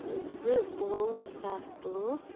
زٕ پانٛژھ زٕ ساس پانٛژھ